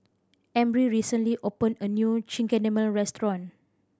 Emry recently opened a new Chigenabe Restaurant